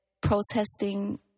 protesting